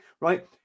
Right